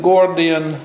Gordian